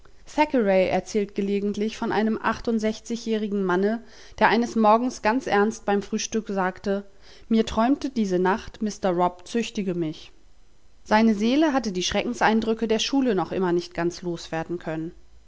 erzählt gelegentlich von einem achtundsechzig jährigen manne der eines morgens ganz ernst beim frühstück sagte mir träumte diese nacht mr robb züchtige mich seine seele hatte die schreckens eindrücke der schule noch immer nicht ganz los werden können